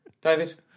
David